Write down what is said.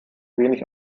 wenig